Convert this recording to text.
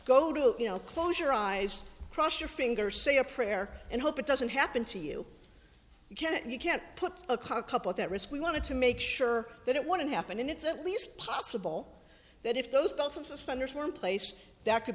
go to you know close your eyes cross your finger say a prayer and hope it doesn't happen to you you can't you can't put a cockup at that risk we want to make sure that it wouldn't happen and it's at least possible that if those thoughts of suspenders one place that could